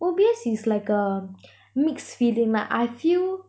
O_B_S is like a mixed feeling like I feel